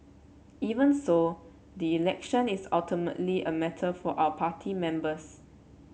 even so the election is ultimately a matter for our party members